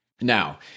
Now